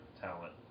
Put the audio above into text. talent